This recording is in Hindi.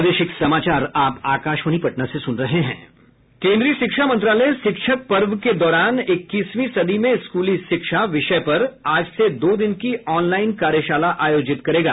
केन्द्रीय शिक्षा मंत्रालय शिक्षक पर्व के दौरान इक्कीसवीं सदी में स्कूल शिक्षा विषय पर आज से दो दिन की ऑनलाइन कार्यशाला आयोजित करेगा